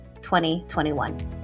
2021